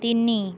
ତିନି